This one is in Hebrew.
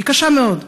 היא קשה מאוד.